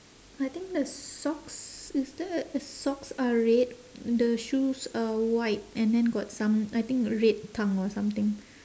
I think the socks is there socks are red the shoes are white and then got some I think red tongue or something